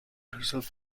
herself